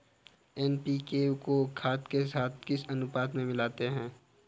NPK को खाद के साथ किस अनुपात में मिलाते हैं?